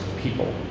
people